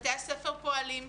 בתי הספר פועלים,